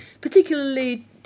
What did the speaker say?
particularly